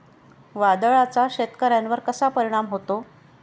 वादळाचा शेतकऱ्यांवर कसा परिणाम होतो?